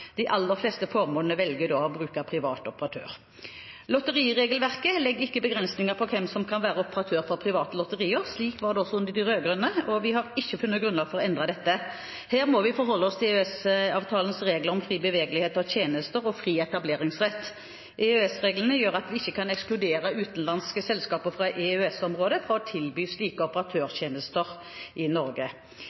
Lotteriregelverket legger ikke begrensninger på hvem som kan være operatører for private lotterier. Slik var det også under de rød-grønne, og vi har ikke funnet grunnlag for å endre dette. Her må vi forholde oss til EØS-avtalens regler om fri bevegelighet av tjenester og fri etableringsrett. EØS-reglene gjør at vi ikke kan ekskludere utenlandske selskaper fra EØS-området fra å tilby slike operatørtjenester i Norge.